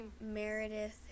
Meredith